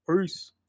peace